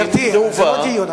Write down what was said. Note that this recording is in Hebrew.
גברתי, זה לא דיון.